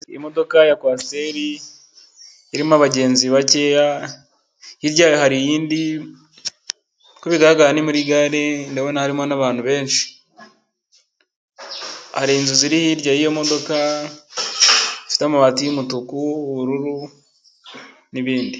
Imodoka ya kwasiteri irimo abagenzi bakeya, hirya yayo hari iyindi, uko bigaragara ni muri gare ndabona hari abantu benshi. Hari inzu ziri hirya y'iyo modoka, zifite amabati y'umutuku, ubururu, n'ibindi.